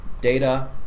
Data